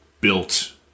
built